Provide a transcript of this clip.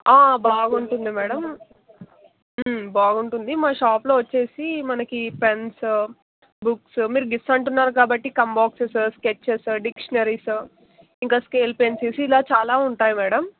బాగుంటుంది మ్యాడమ్ బాగుంటుంది మా షాపులో వచ్చి మనకి పెన్స్ బుక్స్ మీరు గిఫ్ట్స్ అంటున్నారు కాబట్టి కంబాక్సెస్ స్కేచెస్ డిక్షనరీస్ ఇంకా స్కేల్ పెన్సిల్స్ ఇలా చాలా ఉంటాయి మ్యాడమ్